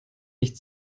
nicht